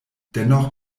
dennoch